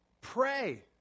pray